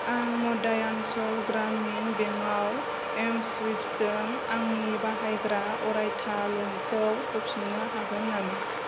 आं मध्यानचल ग्रामिन बेंकआव एमस्वुइफजों आंनि बाहायग्रा अरायथा ल'नखौ होफिननो हागोन नामा